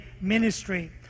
ministry